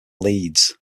leeds